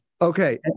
Okay